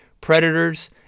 predators